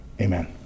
Amen